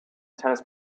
tennis